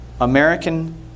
American